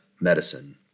medicine